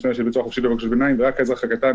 -- האזרח הקטן